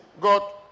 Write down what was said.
God